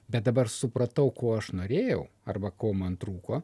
bet dabar supratau ko aš norėjau arba ko man trūko